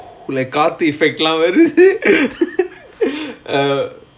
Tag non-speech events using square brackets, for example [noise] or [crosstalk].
like காத்து:kaathu effect lah வருது:varuthu [laughs] ah